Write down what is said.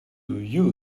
you